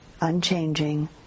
unchanging